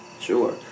sure